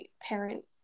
parent